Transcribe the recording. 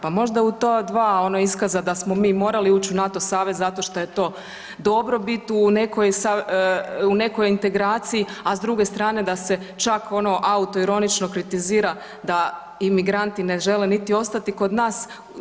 Pa možda u ta dva iskaza da smo mi morali ući u NATO savez zato što je to dobrobit u nekoj integraciji, a s druge strane da se čak ono autoironično kritizira da imigranti niti ostati kod nas.